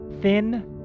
thin